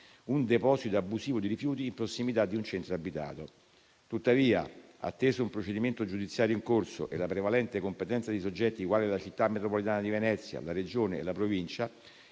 un deposito abusivo di rifiuti in prossimità di un centro abitato. Tuttavia, attesi un procedimento giudiziario in corso e la prevalente competenza di soggetti quali la Città metropolitana di Venezia, la Regione e la Provincia,